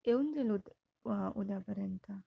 येऊन जाईल उद उद्यापर्यंत